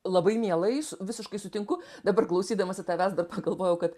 labai mielais visiškai sutinku dabar klausydamasi tavęs dar pagalvojau kad